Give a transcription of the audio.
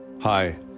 Hi